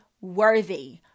worthy